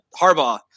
Harbaugh